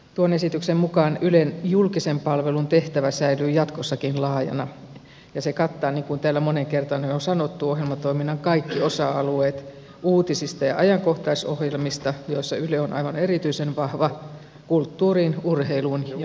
tuon esityksen mukaan ylen julkisen palvelun tehtävä säilyy jatkossakin laajana ja se kattaa niin kuin täällä moneen kertaan on jo sanottu ohjelmatoiminnan kaikki osa alueet uutisista ja ajankohtaisohjelmista joissa yle on aivan erityisen vahva kulttuuriin urheiluun ja viihteeseen